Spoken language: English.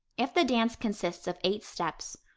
if the dance consists of eight steps,